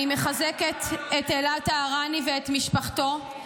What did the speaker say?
אני מחזקת את אלעד טהרני ואת משפחתו.